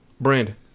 Brandon